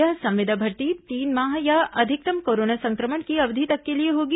यह संविदा भर्ती तीन माह या अधिकतम कोरोना संक्रमण की अवधि तक के लिए होगी